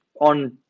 on